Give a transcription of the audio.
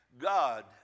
God